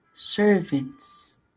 servants